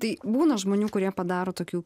tai būna žmonių kurie padaro tokių